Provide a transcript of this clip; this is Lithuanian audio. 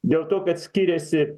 dėl to kad skiriasi